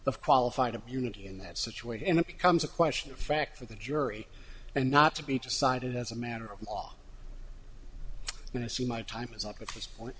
of qualified immunity in that situation and it becomes a question of fact for the jury and not to be decided as a matter of law and i see my time is up at this point